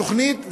התוכנית,